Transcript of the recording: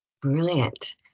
Brilliant